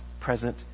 present